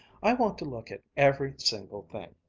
i want to look at every single thing.